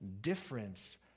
difference